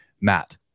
Matt